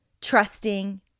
trusting